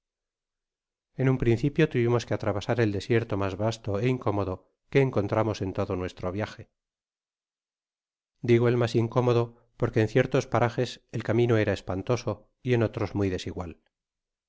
en un principio tuvimos que atravesar el desierto mas vasto e incómodo que encontramos en todo nuestro viaje digo el mas incómodo porque en ciertos parajes el caímino era espantoso y en otros muy desigual